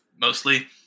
mostly